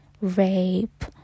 rape